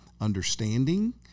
understanding